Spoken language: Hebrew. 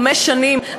חמש שנים.